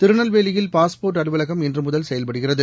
திருநெல்வேலியில் பாஸ்போர்ட் அலுவலகம் இன்று முதல் செயல்படுகிறது